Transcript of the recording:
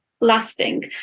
lasting